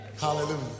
hallelujah